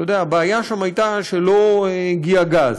אתה יודע, הבעיה שם הייתה שלא הגיע גז,